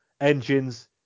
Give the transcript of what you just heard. Engines